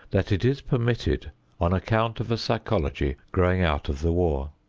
that it is permitted on account of a psychology growing out of the war.